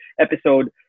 episode